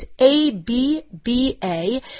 A-B-B-A